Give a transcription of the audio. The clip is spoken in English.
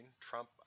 Trump